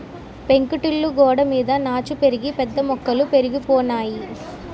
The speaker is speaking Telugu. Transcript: పెంకుటిల్లు గోడలమీద నాచు పెరిగి పెద్ద మొక్కలు పెరిగిపోనాయి